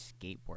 skateboard